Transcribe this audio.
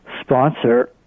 sponsor